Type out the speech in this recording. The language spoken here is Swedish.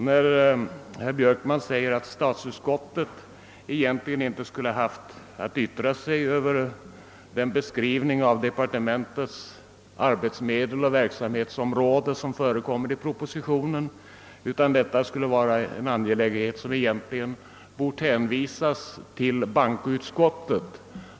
Herr Björkman säger, att statsutskottet egentligen inte skulle haft att yttra sig över den beskrivning av departementets arbetsmedel och verksamhetsområde som förekommer i propositionen, utan att detta skulle vara en angelägenhet som egntligen bort hänvisas till bankoutskottet.